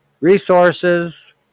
resources